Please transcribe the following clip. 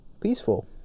peaceful